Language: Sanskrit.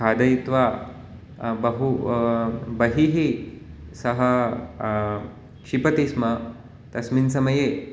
खादित्वा बहु बहिः सः क्षिपति स्म तस्मिन् समये